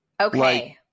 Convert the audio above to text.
Okay